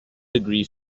degree